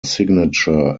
signature